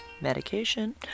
medication